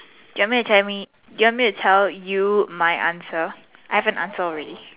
you want me to tell me you want me to tell you my answer I have an answer already